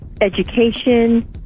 education